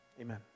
Amen